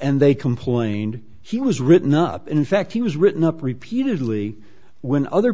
and they complained he was written up in fact he was written up repeatedly when other